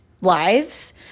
lives